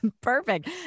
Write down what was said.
Perfect